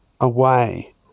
away